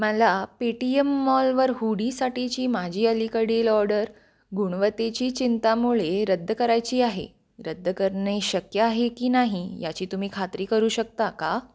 मला पेटीएम मॉलवर हुडीसाठीची माझी अलीकडील ऑर्डर गुणवत्तेची चिंतामुळे रद्द करायची आहे रद्द करणे शक्य आहे की नाही याची तुम्ही खात्री करू शकता का